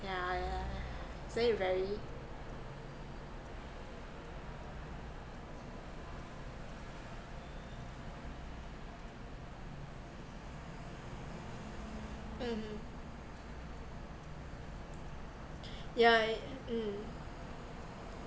yeah yeah yeah isn't it very mmhmm yeah mm